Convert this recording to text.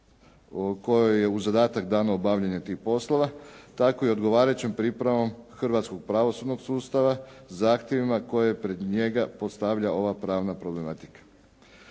kojoj je u zadatak dano obavljanje tih poslova, tako i odgovarajućom pripremom hrvatskog pravosudnog sustava zahtjevima koje pred njega postavlja ova pravna problematika.